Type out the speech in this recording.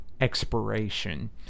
expiration